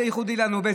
זה ייחודי לנו.